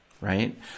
right